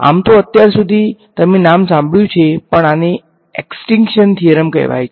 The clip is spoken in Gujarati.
આમ તો અત્યાર સુધી તમે નામ સાંભળ્યું છે પણ આને એક્સ્ટીંક્શન થીયરમ કહેવાય છે